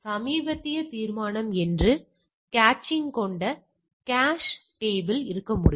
சமீபத்திய தீர்மானம் என்ன என்று கேச்சிங் கொண்ட கேச் டேபிள் இருக்க முடியும்